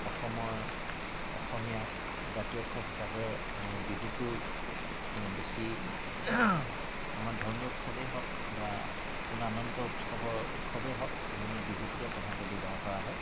অসমৰ অসমীয়া জাতীয় উৎসৱ হিচাপে বিহুটো বেছি আমাৰ ধৰ্মীয় উৎসৱেই হওক বা কোনো আনন্দৰ উৎসৱৰ উৎসৱেই হওক আমি বিহুটোকে প্ৰধানকৈ ব্যৱহাৰ কৰা হয়